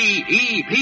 P-E-P